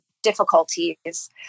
Difficulties